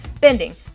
bending